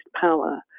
power